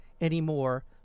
anymore